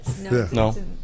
No